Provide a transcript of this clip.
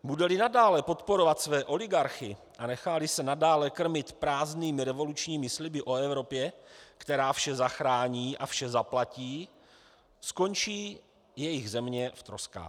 Budeli nadále podporovat své oligarchy a necháli se nadále krmit prázdnými revolučními sliby o Evropě, která vše zachrání a vše zaplatí, skončí jejich země v troskách.